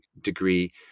degree